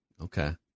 Okay